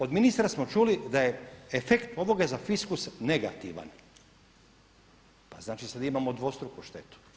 Od ministra smo čuli da je efekt ovoga za fiskus negativan, pa znači sada imamo dvostruku štetu.